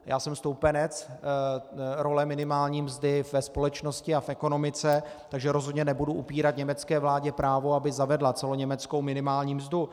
Já jsem stoupenec role minimální mzdy ve společnosti a v ekonomice, takže rozhodně nebudu upírat německé vládě právo, aby zavedla celoněmeckou minimální mzdu.